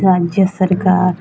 ରାଜ୍ୟ ସରକାର